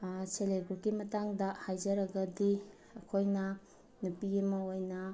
self help ꯒ꯭ꯔꯨꯞꯀꯤ ꯃꯇꯥꯡꯗ ꯍꯥꯏꯖꯔꯒꯗꯤ ꯑꯩꯈꯣꯏꯅ ꯅꯨꯄꯤ ꯑꯃ ꯑꯣꯏꯅ